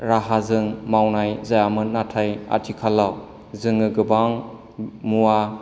राहाजों मावनाय जायामोन नाथाय आथिखालाव जोङो गोबां मुवा